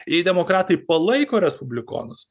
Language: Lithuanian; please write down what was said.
jei demokratai palaiko respublikonus